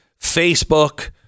Facebook